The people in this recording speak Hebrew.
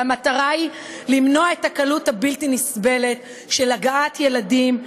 והמטרה היא למנוע את הקלות הבלתי-נסבלת של הגעת ילדים,